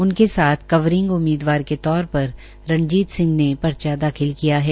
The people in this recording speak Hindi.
उनके साथ कवरिंग उम्मीदवार के तौर पर रणजीत सिंह ने पर्चा दाखिल किया है